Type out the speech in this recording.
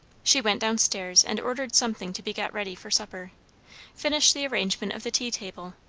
she went down-stairs and ordered something to be got ready for supper finished the arrangement of the tea-table,